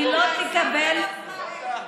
היא לא תקבל, הבנת?